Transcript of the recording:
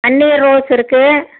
பன்னீர் rose இருக்குது